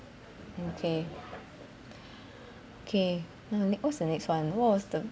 okay okay mm what's the next one what was the